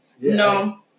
No